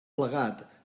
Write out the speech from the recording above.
plegat